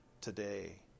today